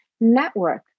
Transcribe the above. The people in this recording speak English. Network